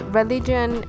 religion